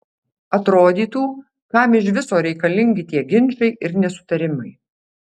atrodytų kam iš viso reikalingi tie ginčai ir nesutarimai